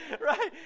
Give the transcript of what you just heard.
right